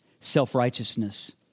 Self-righteousness